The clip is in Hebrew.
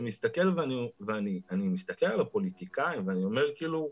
אני מסתכל על הפוליטיקאים ואני אומר כאילו,